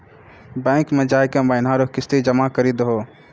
bank मे जाय के महीना रो किस्त जमा करी दहो